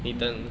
mm